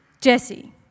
Jesse